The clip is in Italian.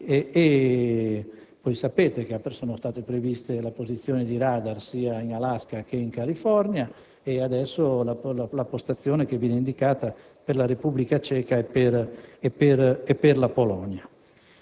prima. Sapete che sono state previste la postazione di radar sia in Alaska che in California e adesso la postazione per la Repubblica Ceca e per la Polonia.